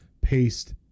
paste